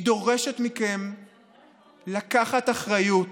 היא דורשת מכם לקחת אחריות.